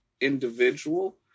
individual